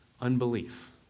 unbelief